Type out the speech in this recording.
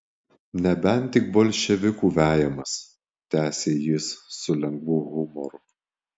nebent tik bolševikų vejamas tęsė jis su lengvu humoru